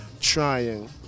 trying